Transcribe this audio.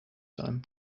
time